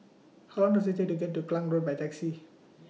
How Long Does IT Take to get to Klang Road By Taxi